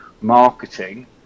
marketing